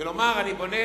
ולומר: אני בונה